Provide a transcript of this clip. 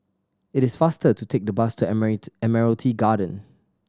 it is faster to take the bus to Admiralty Garden